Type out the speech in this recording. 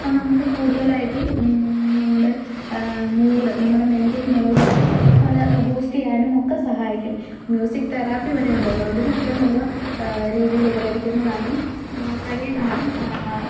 അ നമുക്ക് കൂടുതലായിട്ടും നമ്മുടെ മൂഡ് നമ്മുടെ മെൻറൽ മൂഡ് ഒക്കെ നല്ല ബൂസ്റ്റ് ചെയ്യാനും ഒക്കെ സഹായിക്കും മ്യൂസിക് തെറാപ്പി വരെ ഉണ്ടല്ലോ അതിനൊക്കെ നല്ല രീതിയിൽ ഉപകരിക്കുന്നതാണ് ഈ പഴയ ഗാന